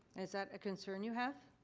is that a concern you have?